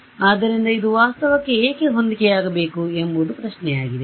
ಹೌದು ಆದ್ದರಿಂದ ಇದು ವಾಸ್ತವಕ್ಕೆ ಏಕೆ ಹೊಂದಿಕೆಯಾಗಬೇಕು ಎಂಬುದು ಪ್ರಶ್ನೆಯಾಗಿದೆ